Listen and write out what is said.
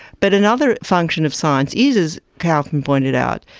but another function of science is, as kauffman pointed out,